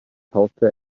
haustier